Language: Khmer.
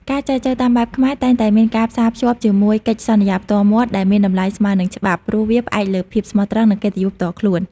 ការចែចូវតាមបែបខ្មែរ តែងតែមានការផ្សារភ្ជាប់ជាមួយ "កិច្ចសន្យាផ្ទាល់មាត់" ដែលមានតម្លៃស្មើនឹងច្បាប់ ព្រោះវាផ្អែកលើភាពស្មោះត្រង់ និងកិត្តិយសផ្ទាល់ខ្លួន។